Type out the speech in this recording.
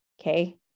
Okay